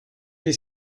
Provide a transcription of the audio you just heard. les